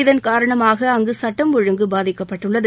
இதன் காரணமாக அங்கு சட்டம் ஒழுங்கு பாதிக்கப்பட்டுள்ளது